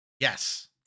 Yes